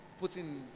putting